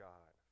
God